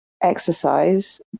exercise